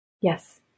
Yes